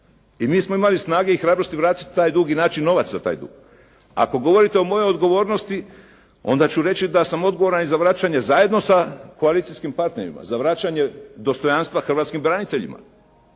I mi smo imali snage i hrabrosti vratiti taj dug i naći novac za taj dug. Ako govorite o mojoj odgovornosti, onda ću reći da sam odgovoran i za vraćanje zajedno sa koalicijskim partnerima, za vraćanje dostojanstva hrvatskim braniteljima,